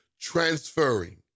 transferring